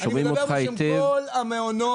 אני מדבר בשם כל המעונות.